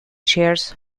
chairs